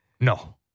No